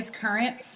current